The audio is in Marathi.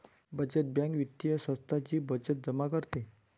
बचत बँक वित्तीय संस्था जी बचत जमा करते